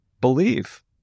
believe